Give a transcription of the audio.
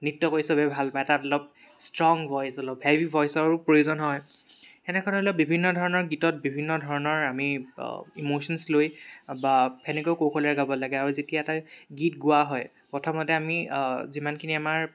নৃত্য কৰি চবে ভাল পায় তাত অলপ ষ্ট্ৰং ভইচ অলপ হেভি ভইচৰো প্ৰয়োজন হয় তেনেকৈ ধৰি লওক বিভিন্ন ধৰণৰ গীতত বিভিন্ন ধৰণৰ আমি ইমশ্যনছ লৈ বা তেনেকৈও কৌশলে গাব লাগে আৰু যেতিয়া এটা গীত গোৱা হয় প্ৰথমতে আমি যিমানখিনি আমাৰ